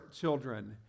children